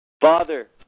Father